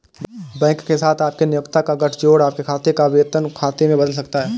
bank के साथ आपके नियोक्ता का गठजोड़ आपके खाते को वेतन खाते में बदल सकता है